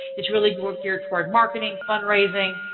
it's really geared toward marketing, fundraising,